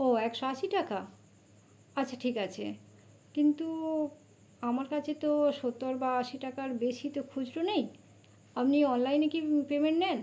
ও একশো আশি টাকা আচ্ছা ঠিক আছে কিন্তু আমার কাছে তো সত্তর বা আশি টাকার বেশি তো খুচরো নেই আপনি অনলাইনে কি পেমেন্ট নেন